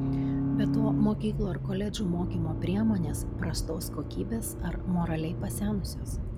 be to mokyklų ar koledžų mokymo priemonės prastos kokybės ar moraliai pasenusios